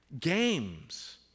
Games